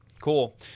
cool